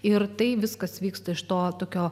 ir tai viskas vyksta iš to tokio